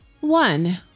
One